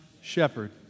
shepherd